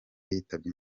yitabye